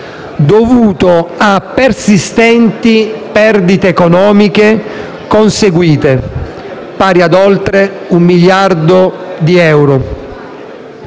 dovuto a persistenti perdite economiche conseguite, pari a oltre un miliardo di euro;